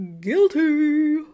guilty